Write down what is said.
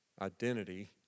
identity